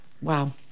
Wow